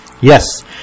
Yes